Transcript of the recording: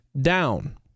down